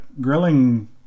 grilling